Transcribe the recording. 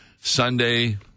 Sunday